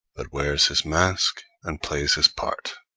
but wears his mask and plays his part.